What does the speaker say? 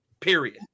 Period